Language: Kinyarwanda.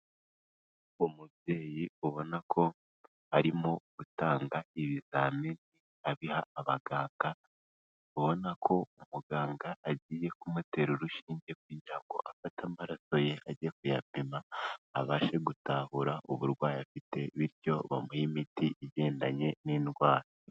Umubyeyi ubona ko arimo gutanga ibizami abiha abaganga, ubona ko umuganga agiye kumutera urushinge kugira ngo afate amaraso ye ajye kuyapima, abashe gutahura uburwayi afite bityo bamuha imiti igendanye n'indwara.